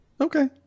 Okay